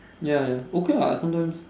ya ya okay what sometimes